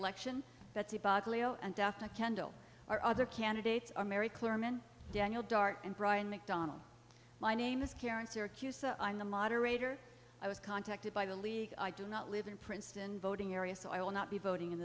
kendall our other candidates are mary clurman daniel dart and brian mcdonald my name is karen syracuse so i'm the moderator i was contacted by the league i do not live in princeton voting area so i will not be voting in